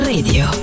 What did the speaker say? Radio